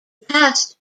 past